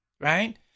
Right